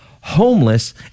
homeless